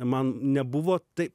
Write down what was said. man nebuvo tai